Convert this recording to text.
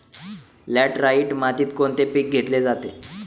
Laterite मातीत कोणते पीक घेतले जाते?